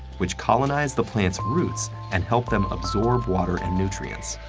which colonize the plants' roots and help them absorb water and nutrients.